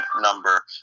number